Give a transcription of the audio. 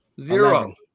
Zero